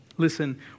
Listen